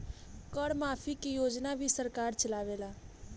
कर माफ़ी के योजना भी सरकार चलावेला